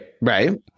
Right